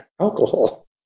alcohol